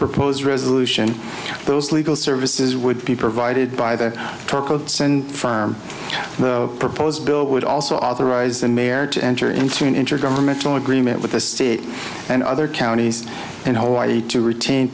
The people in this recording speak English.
proposed resolution of those legal services would be provided by the farm proposed bill would also authorize the mayor to enter into an intergovernmental agreement with the state and other counties in hawaii to retain